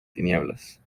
tinieblas